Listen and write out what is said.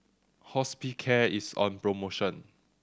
Hospicare is on promotion